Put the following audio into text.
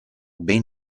ben